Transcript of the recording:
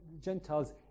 Gentiles